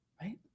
Right